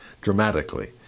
dramatically